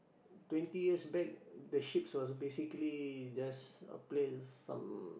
twenty years back the ship was basically just a place some